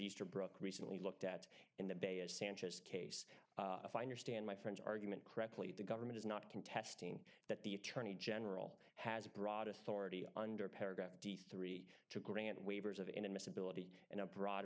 easterbrook recently looked at in the bay of sanchez case if i understand my friend's argument correctly the government is not contesting that the attorney general has broad authority under paragraph d three to grant waivers of inadmissibility in a broad